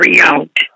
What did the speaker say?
out